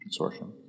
Consortium